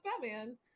Batman